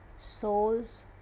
souls